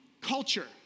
culture